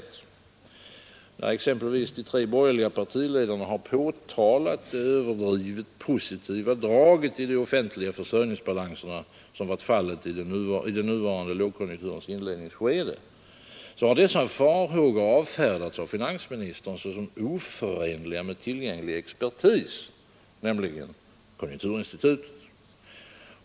När exempelvis de tre borgerliga partiledarna har påtalat det överdrivet positiva draget i de offentliga försörjningsbalanserna, såsom varit fallet i den nuvarande lågkonjunkturens inledningsskede, har dessa farhågor avfärdats av finansministern såsom oförenliga med tillgänglig expertis, nämligen konjunkturinstitutet.